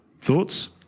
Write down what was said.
Thoughts